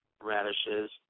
radishes